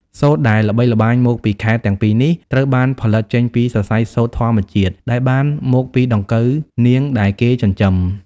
សូត្រដែលល្បីល្បាញមកពីខេត្តទាំងពីរនេះ ត្រូវបានផលិតចេញពី សរសៃសូត្រធម្មជាតិ ដែលបានមកពីដង្កូវនាងដែលគេចិញ្ចឹម។